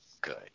good